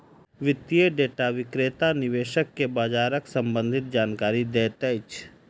वित्तीय डेटा विक्रेता निवेशक के बजारक सम्भंधित जानकारी दैत अछि